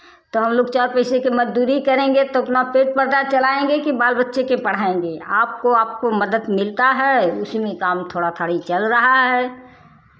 तो हमलोग चार पैसे की मजदूरी करेंगे तो अपना पेट पर्दा चलाएंगे कि बाल बच्चे के पढ़ाएंगे आपको आपको मदद मिलता है उसीमें काम थोड़ा थोड़ी चल रहा है